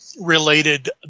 related